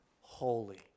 holy